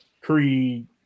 Creed